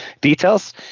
details